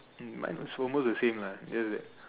mine was almost the same lah little bit